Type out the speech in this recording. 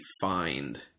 find